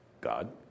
God